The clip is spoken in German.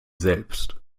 selbst